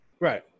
Right